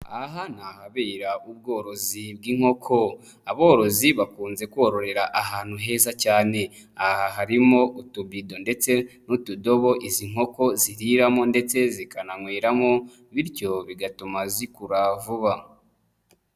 Aha ni ahabera ubworozi bw'inkoko, aborozi bakunze kororera ahantu heza cyane, aha harimo utubido ndetse n'utudobo izi nkoko ziriramo ndetse zikananyweramo bityo bigatuma zikura vuba.